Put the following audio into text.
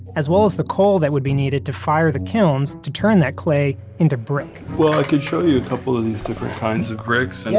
as well as the coal that would be needed to fire the kilns to turn that clay into brick well i could show you a couple of these different kinds of bricks. yeah